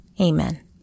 Amen